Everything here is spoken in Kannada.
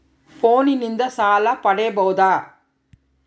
ಫೋನಿನಿಂದ ಸಾಲ ಪಡೇಬೋದ?